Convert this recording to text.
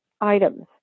items